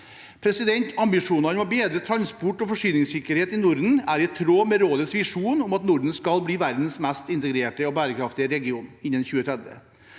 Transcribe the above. Ambisjonene om å bedre transport- og forsyningssikkerheten i Norden er i tråd med rådets visjon om at Norden skal bli verdens mest integrerte og bærekraftige region innen 2030.